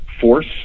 force